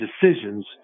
decisions